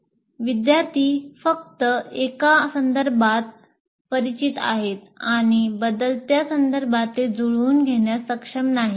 विद्यार्थी फक्त एका संदर्भात परिचित आहेत आणि बदलत्या संदर्भात ते जुळवून घेण्यास सक्षम नाहीत